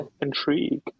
intrigue